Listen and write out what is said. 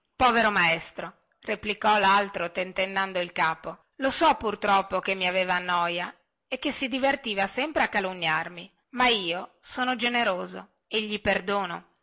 povero maestro replicò laltro tentennando il capo lo so purtroppo che mi aveva a noia e che si divertiva sempre a calunniarmi ma io sono generoso e gli perdono